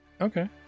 okay